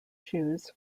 shoes